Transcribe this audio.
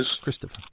Christopher